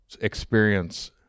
experience